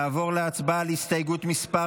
נעבור להצבעה על הסתייגות מס'